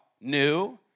new